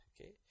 Okay